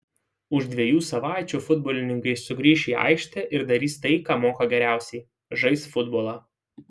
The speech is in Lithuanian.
už dviejų savaičių futbolininkai sugrįš į aikštę ir darys tai ką moka geriausiai žais futbolą